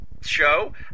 show